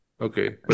Okay